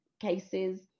cases